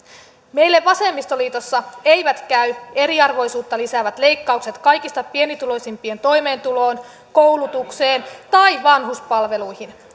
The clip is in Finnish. meille vasemmistoliitossa eivät käy eriarvoisuutta lisäävät leikkaukset kaikista pienituloisimpien toimeentuloon koulutukseen tai vanhuspalveluihin